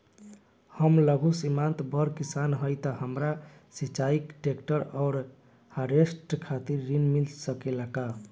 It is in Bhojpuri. हम लघु सीमांत बड़ किसान हईं त हमरा सिंचाई ट्रेक्टर और हार्वेस्टर खातिर ऋण मिल सकेला का?